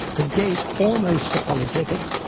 ah gait almost apologetic,